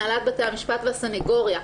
הנהלת בתי המשפט והסנגוריה,